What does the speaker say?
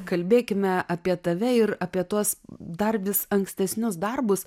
kalbėkime apie tave ir apie tuos dar vis ankstesnius darbus